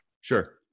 Sure